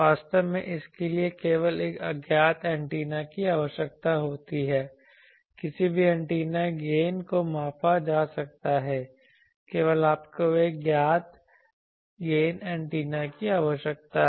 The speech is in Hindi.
वास्तव में इसके लिए केवल एक अज्ञात एंटीना की आवश्यकता होती है किसी भी एंटीना गेन को मापा जा सकता है केवल आपको एक ज्ञात गेन एंटीना की आवश्यकता है